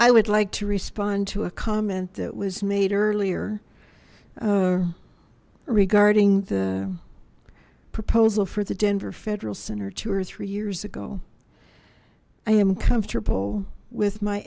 i would like to respond to a comment that was made earlier regarding the proposal for the denver federal center two or three years ago i am comfortable with my